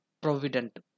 provident